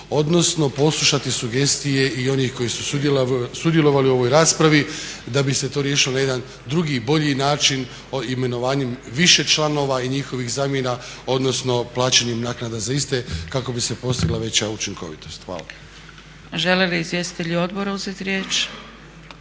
odnosno poslušati sugestije i onih koji su sudjelovali u ovoj raspravi da bi se to riješilo na jedan drugi, bolji način imenovanjem više članova i njihovih zamjena, odnosno plaćanjem naknada za iste kako bi se postigla veća učinkovitost. Hvala. **Zgrebec, Dragica (SDP)** Žele li izvjestitelji odbora uzeti riječ?